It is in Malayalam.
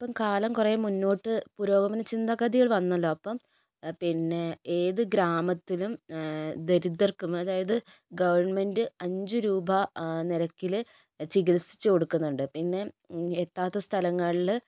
ഇപ്പം കാലം കുറെ മുന്നോട്ട് പുരോഗമന ചിന്താഗതികൾ വന്നല്ലോ അപ്പം പിന്നെ ഏത് ഗ്രാമത്തിലും ദരിദ്രർക്കും അതായത് ഗവണ്മെൻ്റെ അഞ്ച് രൂപ നിരക്കില് ചികിത്സിച്ച് കൊടുക്കുന്നുണ്ട് പിന്നെ എത്താത്ത സ്ഥലങ്ങളില്